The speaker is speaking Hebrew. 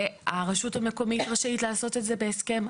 והרשות המקומית רשאית לעשות את זה בהסכם.